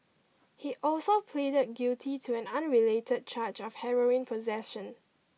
he also pleaded guilty to an unrelated charge of heroin possession